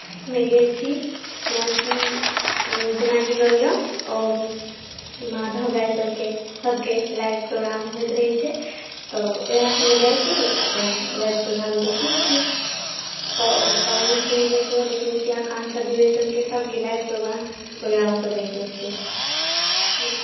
मे गेल छी जेनाकि जेनाकि लऽ लिअ माधव राय सभके सभके लाइव प्रोग्राम होइत रहैत छै तऽ उएह सभमे जाइत छी अपन लाइव प्रोग्राम देख लैत छियै प पवन सिंहक सेहो देखने छियै आकाँक्षा दूबे सभके सभके लाइव प्रोग्राम प्रोग्रामसभ देखने छियै